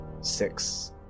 six